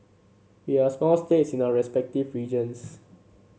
we are small states in our respective regions